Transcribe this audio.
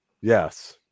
yes